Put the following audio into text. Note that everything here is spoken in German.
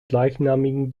gleichnamigen